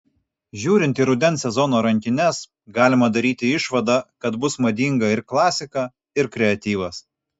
žiūrint į rudens sezono rankines galima daryti išvadą kad bus madinga ir klasika ir kreatyvas